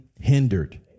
hindered